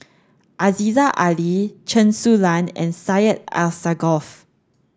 Aziza Ali Chen Su Lan and Syed Alsagoff